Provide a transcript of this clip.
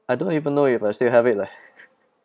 I don't even know if I still have it leh